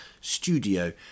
studio